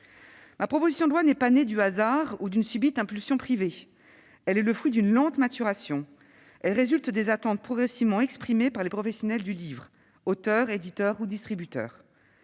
Ma proposition de loi n'est pas née du hasard ou d'une subite impulsion privée : elle est le fruit d'une lente maturation et résulte des attentes progressivement exprimées par les professionnels du livre- auteurs, éditeurs ou distributeurs.